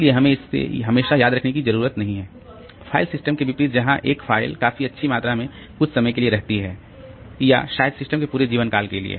इसलिए हमें इसे हमेशा याद रखने की जरूरत नहीं है फाइल सिस्टम के विपरीत जहां एक फाइल काफी अच्छी मात्रा में कुछ समय के लिए रहती है या शायद सिस्टम के पूरे जीवनकाल के लिए